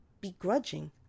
begrudging